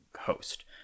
host